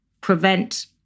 prevent